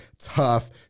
tough